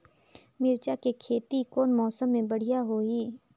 मिरचा के खेती कौन मौसम मे बढ़िया होही?